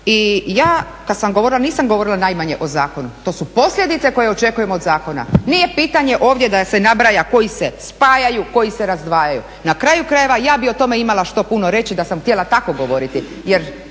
I ja kad sam govorila, nisam govorila najmanje o zakonu, to su posljedice koje očekujemo od zakona, nije pitanje ovdje da se nabraja koji se spajaju, koji se razdvajaju. Na kraju krajeva, ja bih o tome imala što puno reći da sam htjela tako govoriti